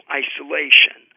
isolation